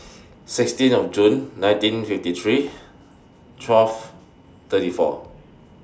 sixteenth June nineteen fifty three twelve thirty four